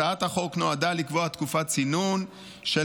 הצעת החוק נועדה לקבוע תקופת צינון של